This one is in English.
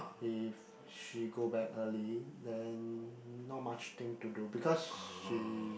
if she go back early then not much thing to do because she